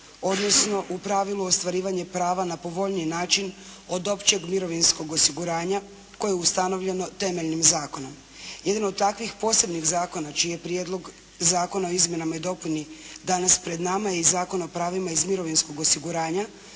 odnosno u pravilu ostvarivanje prava na povoljniji način od općeg mirovinskog osiguranja koje je ustanovljeno temeljnim zakonom. Jedan od takvih posebnih zakona čiji je prijedlog zakona o izmjenama i dopuni danas pred nama je Zakon o pravima iz mirovinskog osiguranja